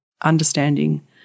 understanding